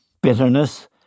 bitterness